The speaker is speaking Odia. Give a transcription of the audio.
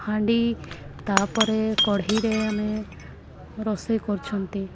ହାଣ୍ଡି ତା'ପରେ କଢ଼େଇରେ ଆମେ ରୋଷେଇ କରୁଛନ୍ତି